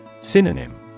Synonym